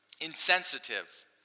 insensitive